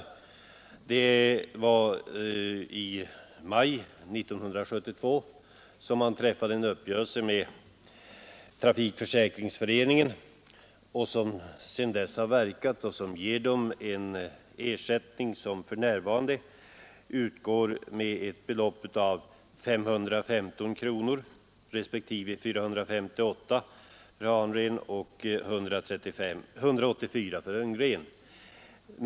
I maj 1972 träffades en uppgörelse med trafikförsäkringsföreningen, som innebär att ersättning för närvarande utgår med 515 kronor för honren, 458 kronor för hanren och 184 kronor för ungren.